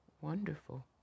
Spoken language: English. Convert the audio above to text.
wonderful